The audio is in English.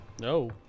No